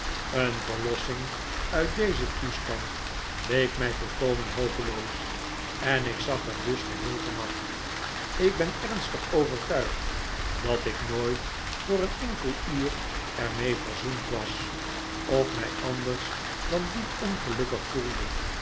een verlossing uit dezen toestand leek mij volkomen hopeloos en ik zag er dus geheel van af ik ben ernstig overtuigd dat ik nooit voor een enkel uur er mee verzoend was of mij anders dan diep ongelukkig voelde